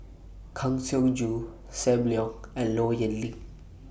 Kang Siong Joo SAM Leong and Low Yen Ling